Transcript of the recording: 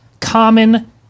common